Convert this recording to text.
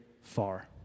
far